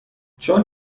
چون